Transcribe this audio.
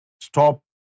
stop